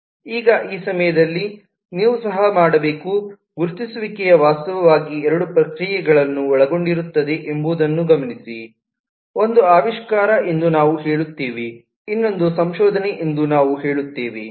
ಈಗ ಈ ಸಮಯದಲ್ಲಿ ನೀವು ಸಹ ಮಾಡಬೇಕು ಗುರುತಿಸುವಿಕೆಯು ವಾಸ್ತವವಾಗಿ ಎರಡು ಪ್ರಕ್ರಿಯೆಗಳನ್ನು ಒಳಗೊಂಡಿರುತ್ತದೆ ಎಂಬುದನ್ನು ಗಮನಿಸಿ ಒಂದು ಆವಿಷ್ಕಾರ ಎಂದು ನಾವು ಹೇಳುತ್ತೇವೆ ಇನ್ನೊಂದು ಸಂಶೋಧನೆ ಎಂದು ನಾವು ಹೇಳುತ್ತೇವೆ